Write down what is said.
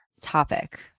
topic